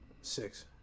Six